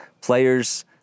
Players